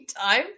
time